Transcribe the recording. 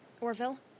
Orville